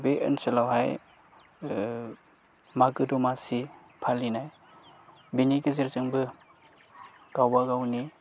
बे ओनसोलावहाय मागो दमासि फालिनाय बिनि गेजेरजोंबो गावबा गावनि